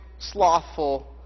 Slothful